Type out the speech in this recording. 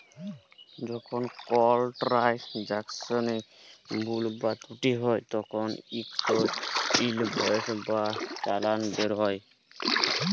যখল কল ট্রালযাকশলে ভুল বা ত্রুটি হ্যয় তখল ইকট ইলভয়েস বা চালাল বেরাই